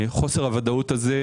לדעתי,